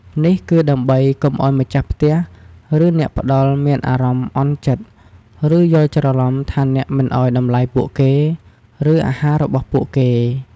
នេះគឺដើម្បីកុំឲ្យម្ចាស់ផ្ទះ ឬអ្នកផ្ដល់មានអារម្មណ៍អន់ចិត្ត ឬយល់ច្រឡំថាអ្នកមិនឲ្យតម្លៃពួកគេ ឬអាហាររបស់ពួកគេ។